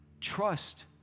trust